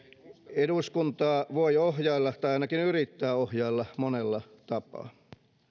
eduskuntaa voi ohjailla tai ainakin yrittää ohjailla monella tapaa arvoisa